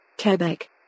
Quebec